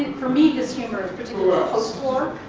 and for me his humor, particularly post war.